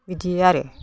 बिदि आरो